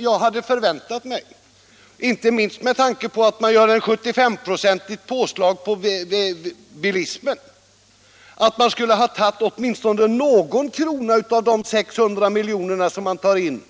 Jag hade förväntat mig, icke minst med tanke på att man gör ett 75-procentigt påslag för bilismen, att man skulle ha tagit åtminstone någon krona av de 600 miljonerna som man får in genom